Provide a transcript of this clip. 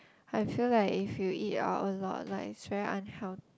I feel like if you eat out a lot like it's very unhealthy